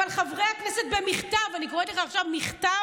אבל חברי הכנסת, במכתב, אני קוראת לך עכשיו מכתב,